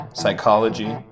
psychology